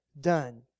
done